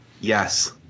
Yes